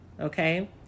okay